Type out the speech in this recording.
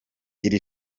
iri